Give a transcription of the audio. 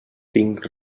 tinc